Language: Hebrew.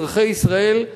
אזרחי ישראל,